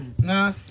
Nah